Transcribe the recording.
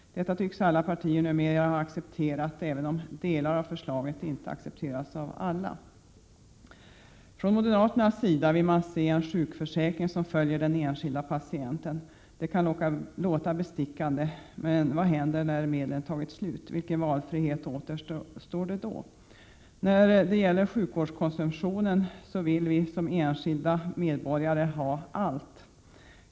Detta tycks alla partier numera ha accepterat, även om delar av förslaget ej accepteras av alla. Från moderat sida vill man se en sjukförsäkring som följer den enskilde patienten. Det kan låta bestickande, men vad händer när medlen tagit slut? Vilken valfrihet återstår då? När det gäller sjukvårdskonsumtionen vill vi som enskilda medborgare ha allt.